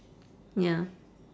ya